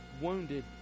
wounded